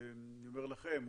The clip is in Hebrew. אני אומר לכם,